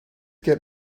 get